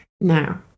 Now